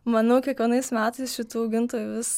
manau kiekvienais metais šitų augintojų vis